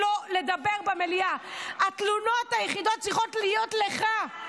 שכר של חצי שנה.